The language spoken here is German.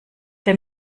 der